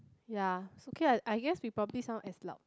ya it's okay I I guess we probably sound as loud